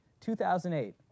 2008